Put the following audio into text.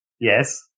Yes